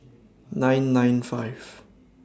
nine nine five